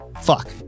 fuck